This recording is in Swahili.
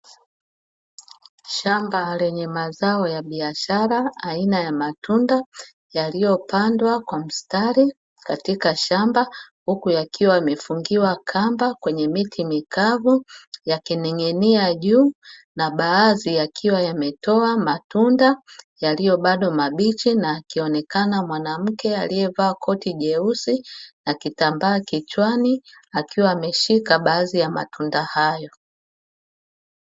Shamba lenye mazao ya biashara aina ya matunda yaliyopandwa kwa mstari katika shamba huku yakiwa yamefungiwa kamba kwenye miti mikavu, yakining'inia juu na baadhi yakiwa yametoa matunda yaliyo bado mabichi, na akionekana mwanamke aliyevaa koti jeusi na kitambaa kichwani akiwa ameshika baadhi ya matunda hayo.